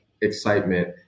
excitement